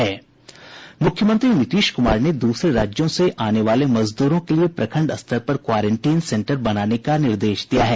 मुख्यमंत्री नीतीश कुमार ने दूसरे राज्यों से आने वाले मजदूरों के लिए प्रखंड स्तर पर क्वारेंटीन सेंटर बनाने का निर्देश दिया है